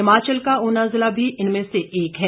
हिमाचल का ऊना जिला भी इनमें से एक है